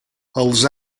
els